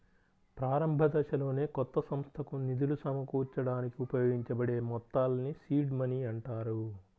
ప్రారంభదశలోనే కొత్త సంస్థకు నిధులు సమకూర్చడానికి ఉపయోగించబడే మొత్తాల్ని సీడ్ మనీ అంటారు